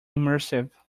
immersive